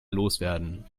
loswerden